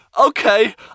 okay